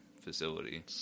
facility